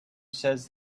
says